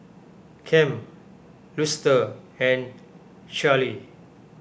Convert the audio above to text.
Kem Luster and Charly